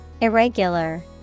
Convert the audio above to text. Irregular